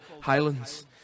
Highlands